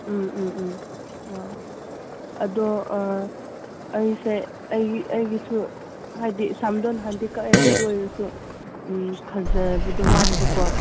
ꯎꯝ ꯎꯝ ꯎꯝ ꯑꯣ ꯑꯗꯣ ꯑꯩꯁꯦ ꯑꯩꯒꯤ ꯑꯩꯒꯤꯁꯨ ꯍꯥꯏꯗꯤ ꯁꯝꯗꯣ ꯅꯍꯥꯟꯗꯤ ꯀꯛꯑꯦꯕ ꯑꯗꯨ ꯑꯣꯏꯔꯁꯨ ꯎꯝ ꯐꯖꯕꯗꯣ ꯋꯥꯠꯄꯀꯣ